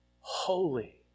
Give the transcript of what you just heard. holy